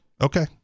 Okay